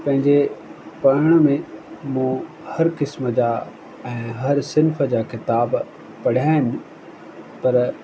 पंहिंजे पढ़ण में मूं हर क़िस्म जा ऐं हर सिंफ़ जा किताब पढ़िया आहिनि पर